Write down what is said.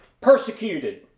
persecuted